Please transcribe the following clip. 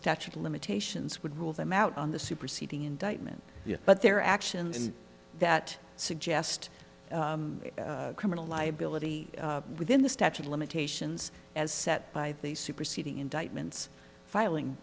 statute of limitations would rule them out on the superseding indictment but their actions that suggest criminal liability within the statute limitations as set by the superseding indictment filing